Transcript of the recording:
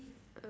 uh